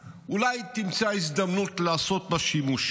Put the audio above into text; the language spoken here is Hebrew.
את הפסקה הבאה, אולי תמצא הזדמנות לעשות בה שימוש.